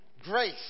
Grace